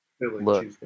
look